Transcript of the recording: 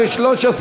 התשע"ג 2013,